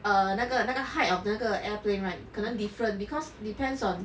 err 那个那个 height of 那个 airplane right 可能 different because depends on